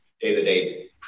day-to-day